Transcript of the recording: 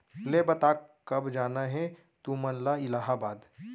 ले बता, कब जाना हे तुमन ला इलाहाबाद?